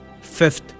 Fifth